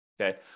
Okay